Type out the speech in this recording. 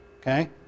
okay